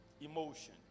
Emotion